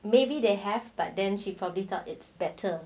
maybe they have but then she probably thought it's better